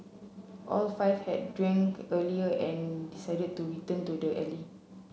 all five had drank earlier and decided to return to the alley